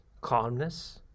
Calmness